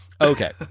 Okay